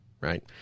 right